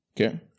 okay